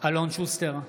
אלון שוסטר,